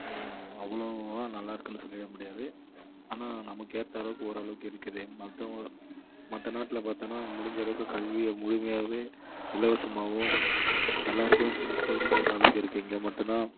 அவ்வளோவா நல்லாயிருக்குனு சொல்லிட முடியாது ஆனால் நமக்கு ஏற்றளவுக்கு ஓரளவுக்கு இருக்குது மற்றவுங்க மற்ற நாட்டில் பார்த்தன்னா முடிஞ்ச அளவுக்கு கல்வியை முழுமையாகவே இலவசமாகவும் எல்லோருக்கும் பு போய் சேர்கிற அளவுக்கு இருக்குது இங்கே மட்டும் தான்